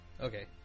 okay